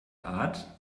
art